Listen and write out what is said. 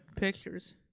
pictures